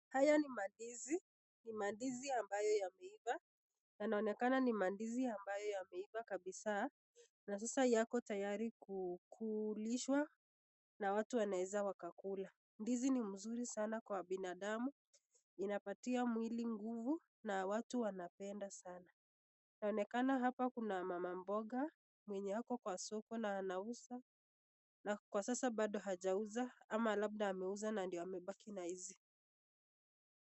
Haya ni mandizi ni mandizi amabayo yameiva yanaonekana ni mandizi ambayo yameiva kabisa na sasa yako tayari kulishwa na watu wanaweza wa kakula ndizi mzuri sana kwa binadamu inapatia mwili nguvu na watu wanapenda sana inaonekana hapa kuna mama mboga mwenye ako kwa soko na anauza kwa sasa bado hajauza labda ameuza amebaki na hizi.